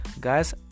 Guys